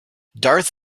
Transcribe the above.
darth